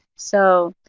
so